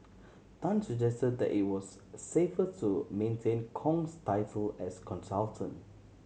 Tan suggested that it was safer to maintain Kong's title as consultant